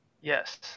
Yes